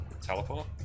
Teleport